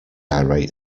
irate